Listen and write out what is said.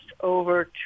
over